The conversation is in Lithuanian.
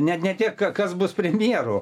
ne ne tiek ka kas bus premjeru